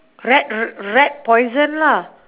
rat r~ rat poison lah